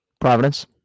Providence